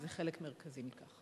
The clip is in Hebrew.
וזה חלק מרכזי מכך.